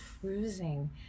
cruising